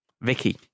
Vicky